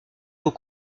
aux